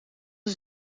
een